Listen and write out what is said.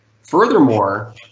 Furthermore